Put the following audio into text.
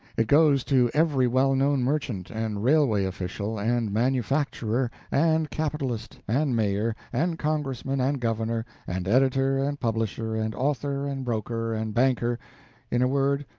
it goes to every well-known merchant, and railway official, and manufacturer, and capitalist, and mayor, and congressman, and governor, and editor, and publisher, and author, and broker, and banker in a word,